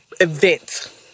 event